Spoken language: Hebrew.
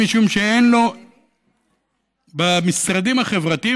משום שבמשרדים החברתיים,